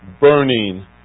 Burning